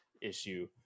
issue